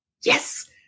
yes